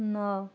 ନଅ